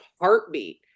heartbeat